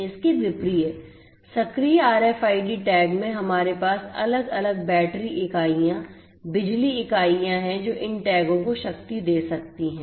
इसके विपरीत सक्रिय आरएफआईडी टैग में हमारे पास अलग अलग बैटरी इकाइयाँ बिजली इकाइयाँ हैं जो इन टैगों को शक्ति दे सकती हैं